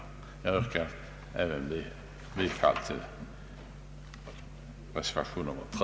Jag yrkar bifall också till reservation 3.